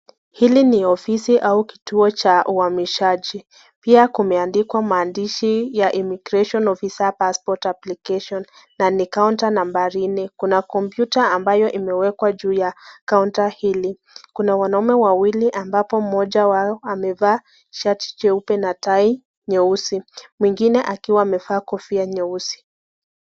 Hili ni ofisi au kituo cha uamishaji pia kumeandikwa maandishi ya immigration officers, passport application na ni kaonta namba nne Kuna kompyuta ambayo imewekwa juu ya kaonta hili, Kuna wanaume wawili ambapo Moja, ambao amevaa shati jeupe na tai nyeusi, mwingine akiwa amevaa kofia nyeusi.